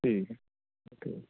ٹھیک ہے اوکے